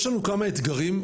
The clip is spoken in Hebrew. יש לנו כמה אתגרים,